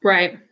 Right